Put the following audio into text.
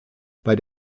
bei